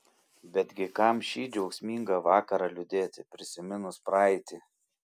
betgi kam šį džiaugsmingą vakarą liūdėti prisiminus praeitį